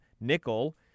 nickel